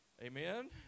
Amen